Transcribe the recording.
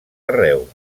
arreu